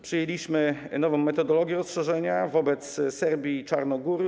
Przyjęliśmy nową metodologię rozszerzenia wobec Serbii i Czarnogóry.